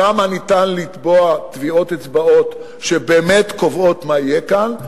שם ניתן לטבוע טביעות אצבעות שבאמת קובעות מה יהיה כאן.